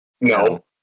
No